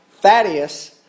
Thaddeus